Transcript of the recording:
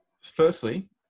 firstly